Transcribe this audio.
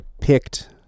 picked